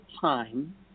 time